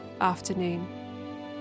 afternoon